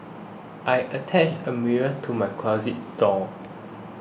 I attached a mirror to my closet door